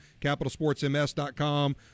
capitalsportsms.com